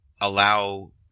Allow